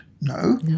No